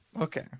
Okay